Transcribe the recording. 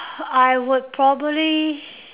I would probably